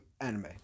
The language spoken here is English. anime